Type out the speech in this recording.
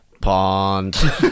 pond